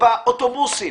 באוטובוסים